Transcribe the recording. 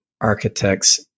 architects